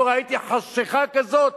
לא ראיתי חשכה כזאת